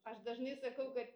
aš dažnai sakau kad